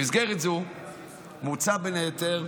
במסגרת זו מוצע, בין היתר,